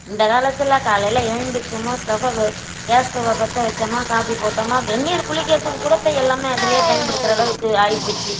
இந்த காலத்தில் காலையில் எழுந்திரிச்சோமா ஸ்டவ்வை கேஸ் ஸ்டவ்வை பற்ற வச்சம்மா காபி போட்டோம்மா வெந்நீர் குளிக்கிறதுக்கு கூட இப்போ எல்லாமே அதிலையே பயன்படுத்துகிற அளவுக்கு ஆயிப்போச்சு